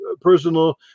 personal